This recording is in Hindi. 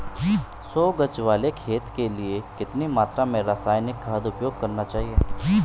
सौ गज वाले खेत के लिए कितनी मात्रा में रासायनिक खाद उपयोग करना चाहिए?